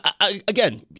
Again